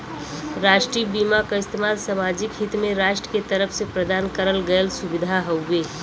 राष्ट्रीय बीमा क इस्तेमाल सामाजिक हित में राष्ट्र के तरफ से प्रदान करल गयल सुविधा हउवे